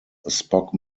spock